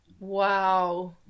wow